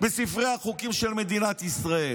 בספר החוקים של מדינת ישראל.